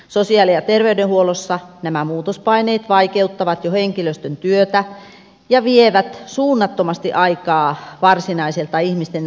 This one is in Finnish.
sosiaali ja terveydenhuollossa nämä muutospaineet vaikeuttavat jo henkilöstön työtä ja vievät suunnattomasti aikaa varsinaiselta ihmisten auttamiselta